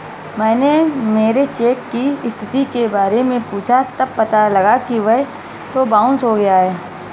मैंने मेरे चेक की स्थिति के बारे में पूछा तब पता लगा कि वह तो बाउंस हो गया है